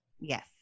Yes